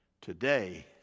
Today